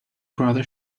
brother